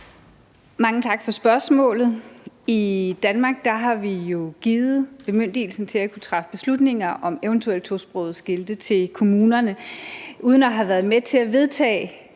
Mange tak for spørgsmålet. I Danmark har vi jo givet bemyndigelsen til at kunne træffe beslutninger om eventuelle tosprogede skilte til kommunerne. Uden at have været med til at vedtage,